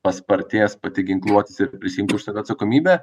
paspartės pati ginkluotis ir prisiimti už save atsakomybę